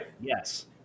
Yes